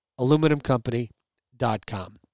Aluminumcompany.com